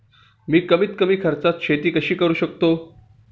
मी कमीत कमी खर्चात शेती कशी करू शकतो?